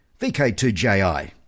VK2JI